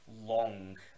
long